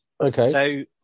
okay